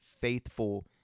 faithful